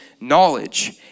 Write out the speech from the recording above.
knowledge